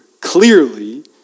clearly